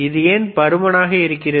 இது ஏன் பருமனாக இருக்கிறது